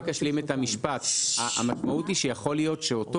רק אשלים את המשפט: המשמעות היא שיכול להיות שאותו